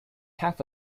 half